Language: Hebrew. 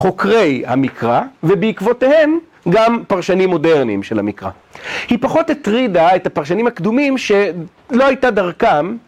חוקרי המקרא ובעקבותיהם גם פרשנים מודרניים של המקרא. היא פחות הטרידה את הפרשנים הקדומים שלא הייתה דרכם.